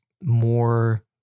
more